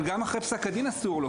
אבל גם אחרי פסק הדין אסור לו.